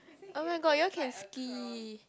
oh my god you all can ski